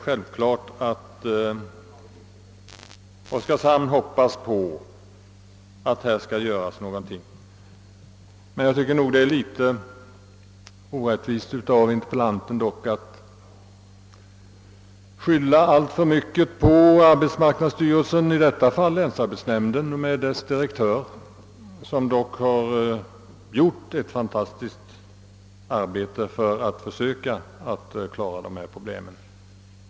Självfallet hoppas man i Oskarshamn på att även andra åtgärder vidtages. Men jag tycker ändå att det är litet orättvist när interpellanten skyller alltför mycket på arbetsmarknadsstyrelsen och dess organ, i detta fall länsarbetsnämnden och dess direktör. Han har ändå uträttat ett fantastiskt arbete för att komma till rätta med problemen.